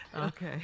Okay